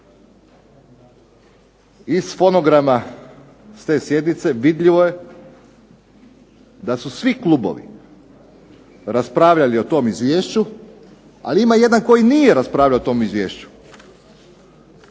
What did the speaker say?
Iz fonograma s te sjednice vidljivo je da su svi klubovi raspravljali o tom izvješću, ali ima jedan koji nije raspravljao o tom izvješću.